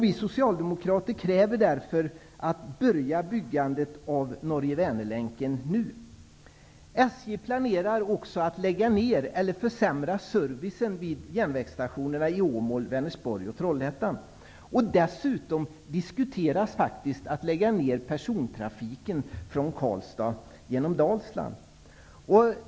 Vi socialdemokrater kräver därför: Börja byggandet av Norge--Väner-länken nu! Vänersborg och Trollhättan. Dessutom diskuteras faktiskt att lägga ner persontrafiken från Karlstad genom Dalsland.